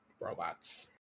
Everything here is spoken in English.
robots